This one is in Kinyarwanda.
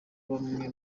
bamwe